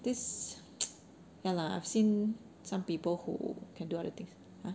this ya lah I've seen some people who can do other things ah